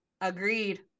Agreed